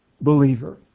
believer